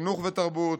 חינוך ותרבות,